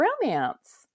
romance